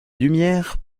lumière